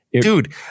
Dude